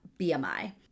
BMI